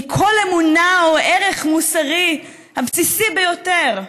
מכל אמונה או ערך מוסרי בסיסי ביותר.